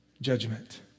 judgment